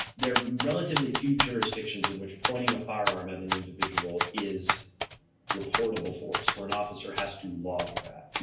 there are relatively few jurisdictions in which pointing a firearm at an individual is reportable force, where an officer has to log that,